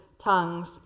tongues